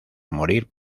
morir